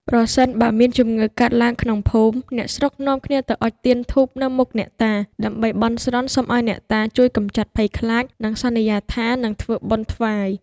ប្រសិនបើមានជំងឺកើតឡើងក្នុងភូមិ អ្នកស្រុកនាំគ្នាទៅអុជទៀនធូបនៅមុខអ្នកតា ដើម្បីបន់ស្រន់សុំឲ្យអ្នកតាជួយកម្ចាត់ភ័យខ្លាច និងសន្យាថានឹងធ្វើបុណ្យថ្វាយ ។